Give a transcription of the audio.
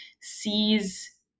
sees